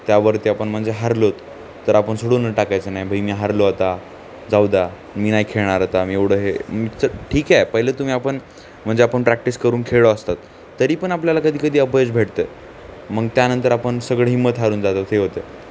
त्यावरती आपण म्हणजे हरलो तर आपण सोडून टाकायचं नाही बाई मी हरलो आता जाऊद्या मी नाही खेळणार आता मी एवढं हे मचं ठीक आहे पहिले तुम्ही आपण म्हणजे आपण प्रॅक्टिस करून खेळलो असतात तरीपण आपल्याला कधी कधी अपयश भेटतं आहे मग त्यानंतर आपण सगळी हिंमत हरून जातो ते होते